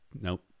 nope